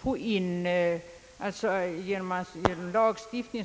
får in beriktiganden med stöd av lagstiftning.